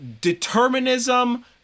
determinism